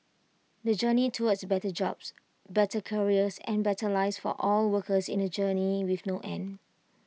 the journey towards better jobs better careers and better lives for all workers in A journey with no end